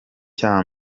cya